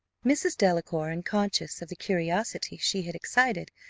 mrs. delacour, unconscious of the curiosity she had excited,